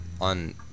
on